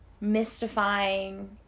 mystifying